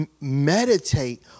meditate